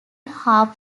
half